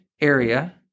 area